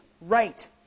right